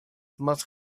must